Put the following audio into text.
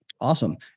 awesome